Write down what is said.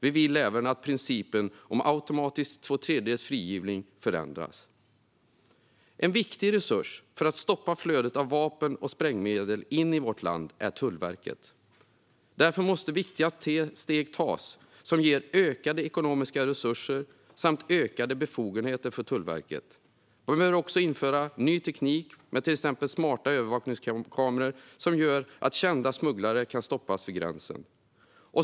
Vi vill även att principen om automatisk tvåtredjedelsfrigivning förändras. En viktig resurs för att stoppa flödet av vapen och sprängmedel in i vårt land är Tullverket. Därför måste det tas viktiga steg som ger ökade ekonomiska resurser samt utökade befogenheter för Tullverket. Man bör också införa ny teknik, till exempel smarta övervakningskameror som gör att kända smugglare kan stoppas vid gränsen.